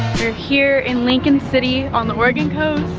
we're here, in lincoln city, on the oregon coast